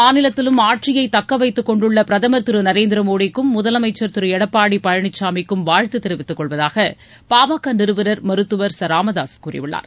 மாநிலத்திலும் ஆட்சியை தக்கவைத்துக்கொண்டுள்ள பிரதமர் திரு நரேந்திர மோதிக்கும் முதலமைச்சர் திரு எடப்பாடி பழனிசாமிக்கும் வாழ்த்து தெரிவித்துக்கொள்வதாக பாடம் க நிறுவனர் மருத்துவர் ச ராமதாசு கூறியுள்ளார்